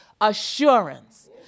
assurance